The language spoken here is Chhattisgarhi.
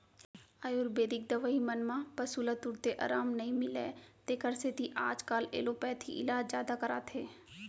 आयुरबेदिक दवई मन म पसु ल तुरते अराम नई मिलय तेकर सेती आजकाल एलोपैथी इलाज जादा कराथें